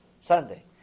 Sunday